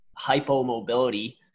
hypomobility